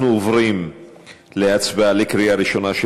אנחנו עוברים להצבעה בקריאה ראשונה על